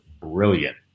brilliant